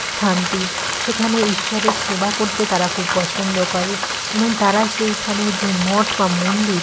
স্থানটি সেখানে ঈশ্বরের সেবা করতে তারা খুব পছন্দ করে এবং তারা সেইখানে যে মঠ বা মন্দির